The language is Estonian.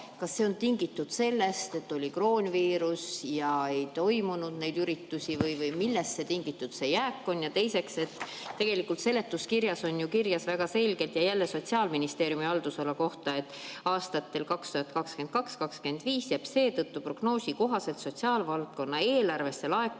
mis oli, on tingitud sellest, et oli kroonviirus ja ei toimunud neid üritusi, või millest on tingitud see jääk? Teiseks, seletuskirjas on kirjas väga selgelt ja jälle Sotsiaalministeeriumi haldusala kohta, et aastatel 2022–2025 jääb seetõttu prognoosi kohaselt sotsiaalvaldkonna eelarvesse